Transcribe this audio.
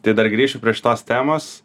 tai dar grįšiu prie šitos temos